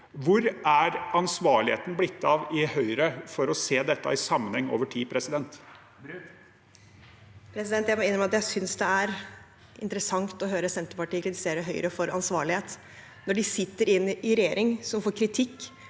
Hvor har ansvarligheten blitt av i Høyre for å se dette i sammenheng over tid? Tina Bru (H) Jeg må innrømme at jeg sy- nes det er interessant å høre Senterpartiet kritisere Høyre for ansvarlighet når de sitter i en regjering som får kritikk